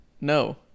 No